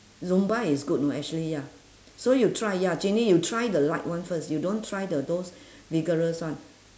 zumba is good know actually ya so you try ya ginny you try the light one first you don't try the those vigorous one